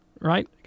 Right